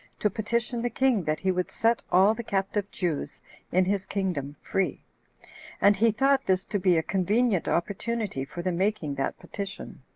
to petition the king that he would set all the captive jews in his kingdom free and he thought this to be a convenient opportunity for the making that petition.